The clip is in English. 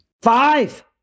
Five